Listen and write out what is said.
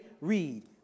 Read